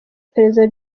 perezida